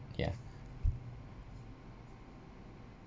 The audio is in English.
ya